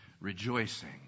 rejoicing